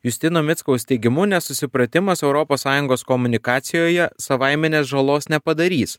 justino mickaus teigimu nesusipratimas europos sąjungos komunikacijoje savaiminės žalos nepadarys